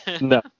No